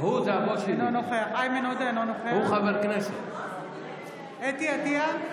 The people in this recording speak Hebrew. אינו נוכח חוה אתי עטייה,